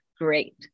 great